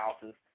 houses